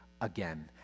again